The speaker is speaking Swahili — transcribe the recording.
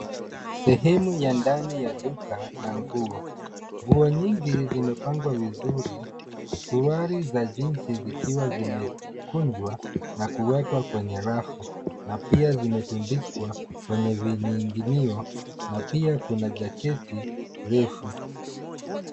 Sehemu ya ndani ya duka la nguo. Nguo nyingi zimepangwa vizuri, suruali za jeansi zikiwa zimekunjwa na kuwekwa kwenye rafu na pia zimetundikwa kwenye vininginio, na pia Kuna jacketi refu.